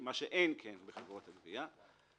מה שאין כן בחברות הגבייה.